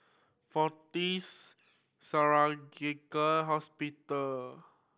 Fortis Surgical Hospital